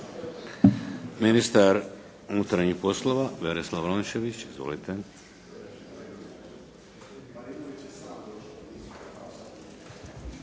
Ministar unutarnjih poslova Berislav Rončević. Izvolite.